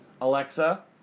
Alexa